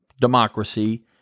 democracy